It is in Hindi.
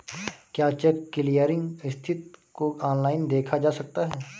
क्या चेक क्लीयरिंग स्थिति को ऑनलाइन देखा जा सकता है?